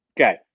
Okay